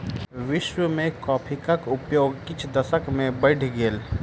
विश्व में कॉफ़ीक उपयोग किछ दशक में बैढ़ गेल